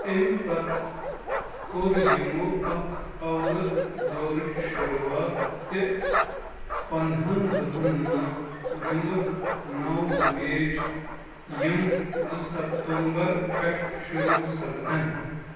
امہِ پتہٕ کوٚر یِمو اَکھ آورٕ دورٕچ شروعات تہِ پَنٛدہن دۄہن منٛز گِنٛدُکھ نَو میچ یِم زٕ ستمبر پٮ۪ٹھ شروع سپدن